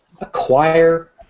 acquire